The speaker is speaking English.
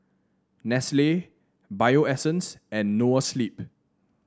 Nestle Bio Essence and Noa Sleep